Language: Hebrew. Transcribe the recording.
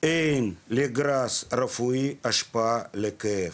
אין לגראס רפואי השפעה על כאב.